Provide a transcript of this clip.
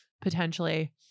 potentially